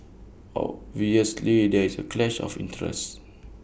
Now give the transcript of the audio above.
obviously there is A clash of interest